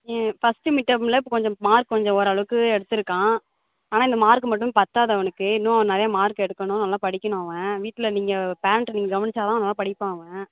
first மிட்டமில் இப்போ கொஞ்சம் மார்க் கொஞ்சம் ஓரளவுக்கு எடுத்துருக்கான் ஆனால் இந்த மார்க்கு மட்டும் பத்தாது அவனுக்கு இன்னும் நிறையா மார்க் எடுக்கணும் நல்லா படிக்கணும் அவன் வீட்டில் நீங்கள் பேரெண்ட்டு நீங்கள் கவனிச்சால் தான் நல்லா படிப்பான் அவன்